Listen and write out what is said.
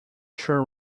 sure